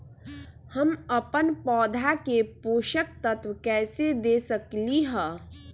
हम अपन पौधा के पोषक तत्व कैसे दे सकली ह?